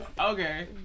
Okay